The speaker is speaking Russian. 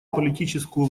политическую